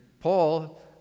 Paul